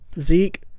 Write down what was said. Zeke